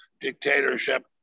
dictatorship